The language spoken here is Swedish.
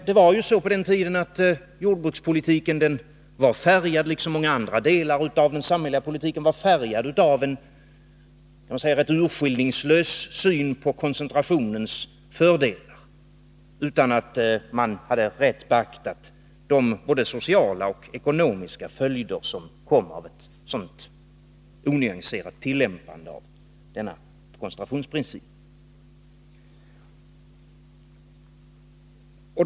Det var ju så på den tiden att jordbrukspolitiken och andra delar av samhällspolitiken var färgad av en urskillningslös syn på koncentrationens fördelar utan att man hade rätt beaktat de både sociala och ekonomiska följder som kom vid ett onyanserat tillämpande av denna koncentrationsprincip.